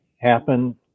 happen